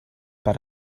per